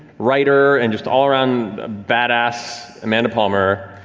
writer, and just all around badass amanda palmer.